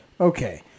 Okay